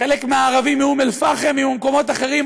חלק מהערבים מאום אל-פחם וממקומות אחרים,